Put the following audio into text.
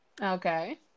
okay